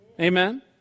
Amen